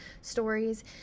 stories